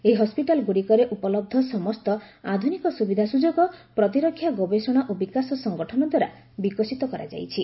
ଏହି ହସ୍କିଟାଲଗୁଡ଼ିକରେ ଉପଲବ୍ଧ ସମସ୍ତ ଆଧୁନିକ ସୁବିଧା ସୁଯୋଗ ପ୍ରତିରକ୍ଷା ଗବେଷଣା ଓ ବିକାଶ ସଂଗଠନ ଦ୍ୱାରା ବିକଶିତ କରାଯାଇଛି